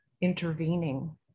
intervening